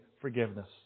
forgiveness